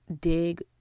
dig